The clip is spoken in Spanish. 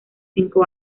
cinco